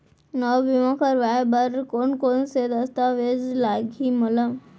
नवा बीमा करवाय बर कोन कोन स दस्तावेज लागही मोला?